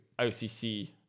OCC